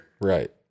Right